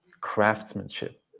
craftsmanship